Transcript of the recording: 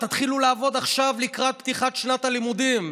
תתחילו לעבוד עכשיו לקראת פתיחת שנת הלימודים.